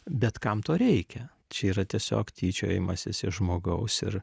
bet kam to reikia čia yra tiesiog tyčiojimasis iš žmogaus ir